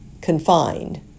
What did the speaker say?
confined